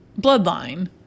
bloodline